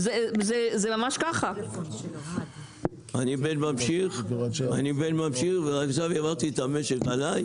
אני בן ממשיך ועכשיו העברתי את המשק עליי,